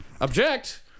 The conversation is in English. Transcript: Object